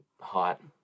Hot